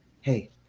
hey